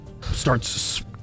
starts